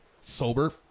Sober